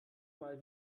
mal